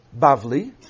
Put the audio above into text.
Bavli